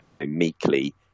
meekly